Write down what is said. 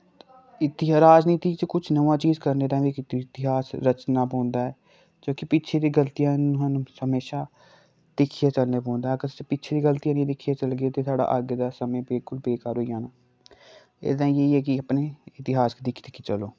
इति राजनीती च कुछ नमां चीज करने ताईं वी इक इतिहास रचना पौंदा ऐ क्योंकि पिच्छे दी गलतियां थोआनू हमेशा दिक्खियै चलने पौंदा ऐ अगर अस पिच्छे दी गल्तियां निं दिक्खियै चलगे ते साढ़ा अग्गें दा समां बिलकुल बेकार होई जाना एह्दे ताईं एह् ही ऐ कि अपने इतिहास गी दिक्खी दिक्खी चलो